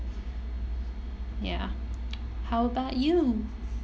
ya how about you